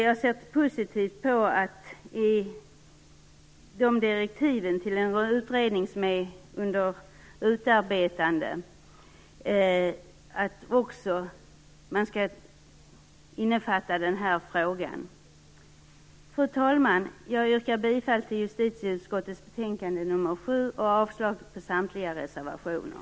Jag ser positivt på att man i de direktiv som håller på att utarbetas till en utredning också skall innefatta den här frågan. Fru talman! Jag yrkar bifall till hemställan i justitieutskottets betänkande nr 7 och avslag på samtliga reservationer.